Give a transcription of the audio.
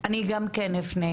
גם כן אפנה